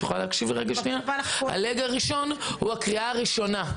הוא הקריאה הראשונה.